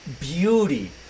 beauty